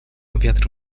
wiatr